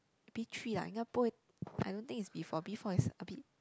B three lah 应该不会 I don't think is B four B four is a bit